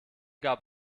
gab